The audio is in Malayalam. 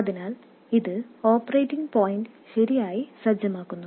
അതിനാൽ ഇത് ഓപ്പറേറ്റിംഗ് പോയിന്റ് ശരിയായി സജ്ജമാക്കുന്നു